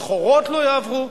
סחורות לא יעברו.